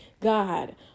God